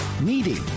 meeting